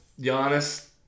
Giannis